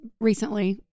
recently